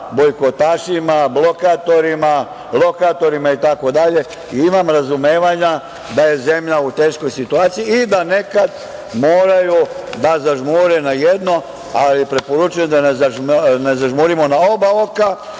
bojkotašima, blokatorima, lokatorima itd. i imam razumevanja da je zemlja u teškoj situaciji i da nekad moraju da zažmure na jedno, ali preporučujem da ne zažmurimo na oba oka